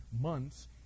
months